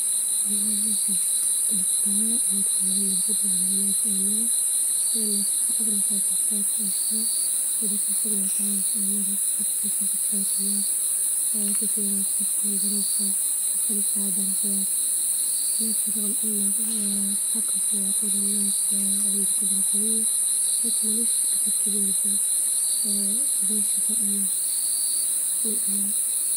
والله نحب نختار إن تكون عندي القدرة على علاج أي مرض لإن الصحة أغلى حاجة في حياة الإنسان، وإذا كنت تقدر تعالج أي مرض تنقذ حياة الناس كثيرة وتحسن ظروفهم، تدخل السعادة على حياتهم، لكن رغم إنه التحكم في عقول عنده قدرة قوية، لكن ملهوش أثر كبير زي شفاء الناس من الأمراض.